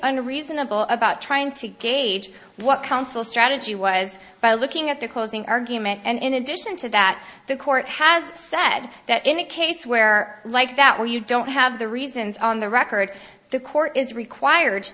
unreasonable about trying to gauge what counsel strategy was by looking at the closing argument and in addition to that the court has said that in a case where like that where you don't have the reasons on the record the court is required